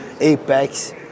Apex